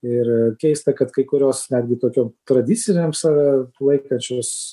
ir keista kad kai kurios netgi tokiom tradicinėm save laikančios